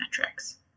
metrics